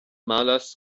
malers